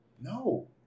No